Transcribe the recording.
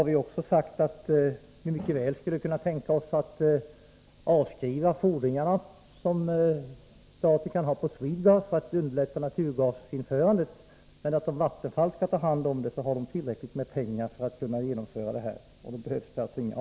Vi skulle mycket väl kunna tänka oss att man avskriver de fordringar som staten kan ha på Swedegas för att därigenom underlätta naturgasinförandet. Men om Vattenfall skall överta Swedegas behövs inga avskrivningar, för Vattenfall har tillräckligt med pengar för att kunna genomföra ett övertagande.